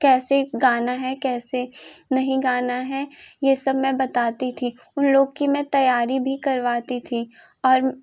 कैसे गाना है कैसे नहीं गाना है ये सब मैं बताती थी उन लोग की मैं तैयारी भी करवाती थी और